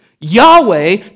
Yahweh